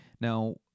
Now